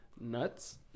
nuts